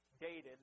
dated